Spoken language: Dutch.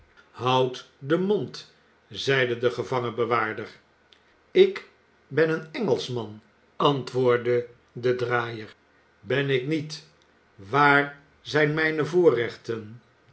houd den mond zeide de gevangenbewaarder ik ben een engelschman antwoordde de draaier ben ik niet waar zijn mijne voorrechten